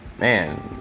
man